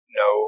no